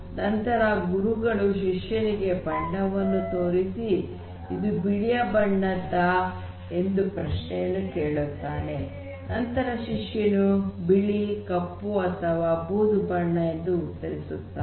ನಂತರ ಗುರುಗಳು ಶಿಷ್ಯನಿಗೆ ಬಣ್ಣವನ್ನು ತೋರಿಸಿ ಇದು ಬಿಳಿ ಬಣ್ಣದ್ದೋ ಎಂದು ಪ್ರಶ್ನೆಯನ್ನು ಕೇಳುತ್ತಾನೆ ನಂತರ ಶಿಷ್ಯನು ಬಿಳಿ ಕಪ್ಪು ಅಥವಾ ಬೂದು ಬಣ್ಣ ಎಂದು ಉತ್ತರಿಸುತ್ತಾನೆ